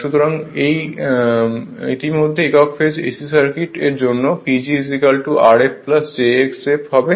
সুতরাং এটি ইতিমধ্যেই একক ফেজ এসি সার্কিট এর জন্য PG Rf jx f হবে